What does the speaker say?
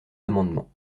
amendements